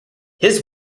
his